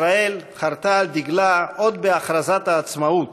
ישראל חרתה על דגלה, עוד בהכרזת העצמאות,